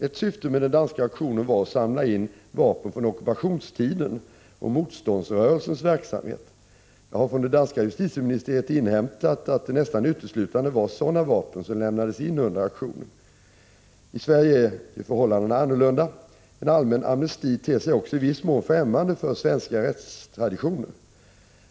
Ett syfte med den danska aktionen var att samla in vapen från ockupationstiden och motståndsrörelsens verksamhet. Jag har från det danska justitieministeriet inhämtat att det nästan uteslutande var sådana vapen som lämnades in under aktionen. I Sverige är förhållandena annorlunda. En allmän amnesti ter sig också i viss mån främmande för svenska rättstraditioner.